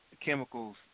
chemicals